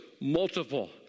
multiple